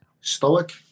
stoic